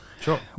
Sure